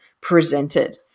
presented